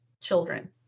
children